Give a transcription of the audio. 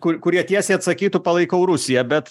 kur kurie tiesiai atsakytų palaikau rusiją bet